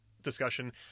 discussion